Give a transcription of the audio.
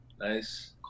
Nice